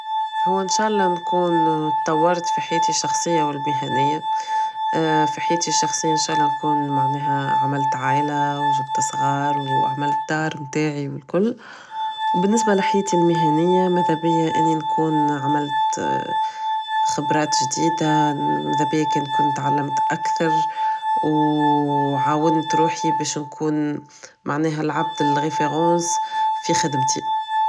هو ان شاء الله نكون طورت في حياتي الشخصية و المهنية في حياتي الشخصية ان شاء الله نكون معناها عملت عايلة و جبت صغار و عملت دار متاعي و الكل و بالنسبة لحياتي المهنية مدابيا اني نكون عملت خبرات جديدة مدابيا نكون تعلمت اكتر و عاونت روحي باش نكون معناها العبد référence في حياتي و خدمتي